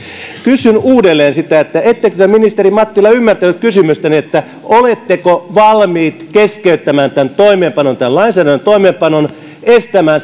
kysyn uudelleen ettekö te ministeri mattila ymmärtänyt kysymystäni siitä oletteko valmis keskeyttämään tämän lainsäädännön toimeenpanon estämään